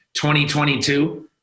2022